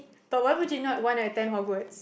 but why would you not wanna attend Hogwarts